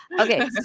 Okay